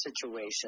situation